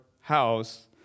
house